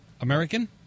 American